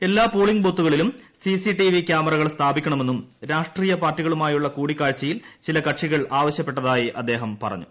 എല്ലാ പോളിംഗ് ബൂത്തുകളിലും സിസിറ്റിവി ക്യാമറകൾ സ്ഥാപിക്കണമെന്നും രാഷ്ട്രീയ പാർട്ടികളുമായുള്ള കൂടിക്കാഴ്ചയിൽ ചില കക്ഷികൾ ആവശ്യപ്പെട്ടതായി അദ്ദേഹം പറഞ്ഞു